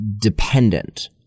dependent